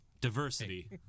Diversity